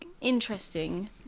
interesting